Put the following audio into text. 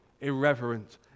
irreverent